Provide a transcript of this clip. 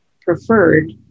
preferred